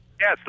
Yes